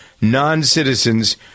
non-citizens